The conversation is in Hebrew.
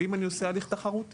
אם אני עושה ההליך תחרותי,